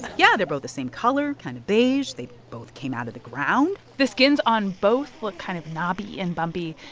yeah. they're both the same color kind of beige. they both came out of the ground the skins on both look kind of knobby and bumpy,